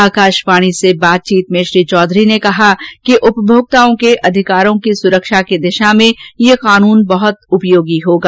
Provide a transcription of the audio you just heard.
आकाशवाणी से बातचीत में श्री चौधरी ने कहा कि उपभोक्ताओं के अधिकारों की सुरक्षा की दिशा में ये कानून बहत उपयोगी होगा